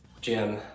Jim